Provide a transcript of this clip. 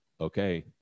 okay